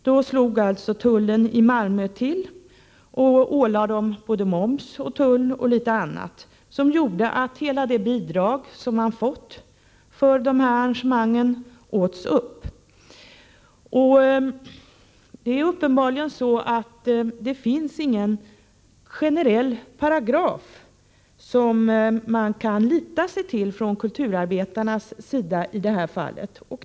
Då slog alltså tullen i Malmö till och ålade dessa både moms, tull och litet annat, vilket gjorde att hela det bidrag som man fått för arrangemangen åts upp. Uppenbarligen finns det ingen generell paragraf som kulturarbetarna i det här fallet kan lita sig till.